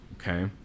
Okay